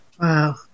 Wow